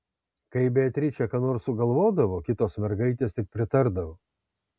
kai beatričė ką nors sugalvodavo kitos mergaitės tik pritardavo